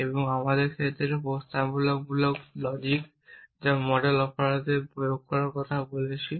এবং আমাদের ক্ষেত্রে প্রস্তাবনামূলক লজিক যা আমরা মডেল অপারেটরদের প্রয়োগ করার কথা বলছি